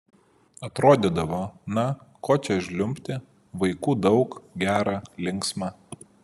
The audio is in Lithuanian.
atrodydavo na ko čia žliumbti vaikų daug gera linksma